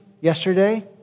yesterday